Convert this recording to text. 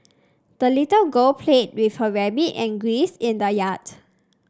the little girl played with her rabbit and geese in the yard